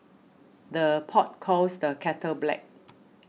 the pot calls the kettle black